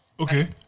Okay